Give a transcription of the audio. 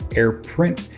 airprint,